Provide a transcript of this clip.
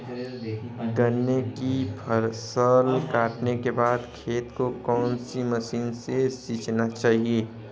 गन्ने की फसल काटने के बाद खेत को कौन सी मशीन से सींचना चाहिये?